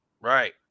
Right